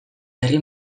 herri